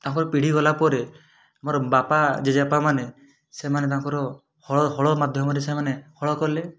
ତାଙ୍କର ପିଢ଼ି ଗଳାପରେ ମୋର ବାପା ଜେଜେବାପା ମାନେ ସେମାନେ ତାଙ୍କର ହଳ ହଳ ମାଧ୍ୟମରେ ସେମାନେ ହଳ କଲେ